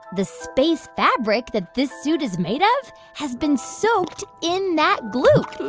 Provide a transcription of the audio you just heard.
the space fabric that this suit is made of has been soaked in that gloop.